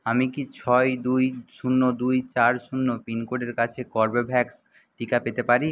আমি কি ছয় দুই শূন্য দুই চার শূন্য পিনকোডের কাছে কর্বেভ্যাক্স টিকা পেতে পারি